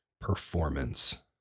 performance